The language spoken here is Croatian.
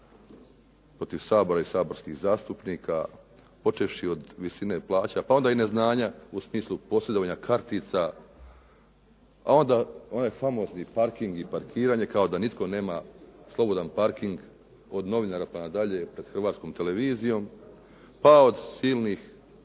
protiv Sabora i saborskih zastupnika počevši od visine plaća, pa onda i neznanja u smislu posjedovanja kartica. A onda onaj famozni parking i parkiranje kao da nitko nema slobodan parking od novinara pa na dalje pred Hrvatskom televizijom, pa od silnih